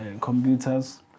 computers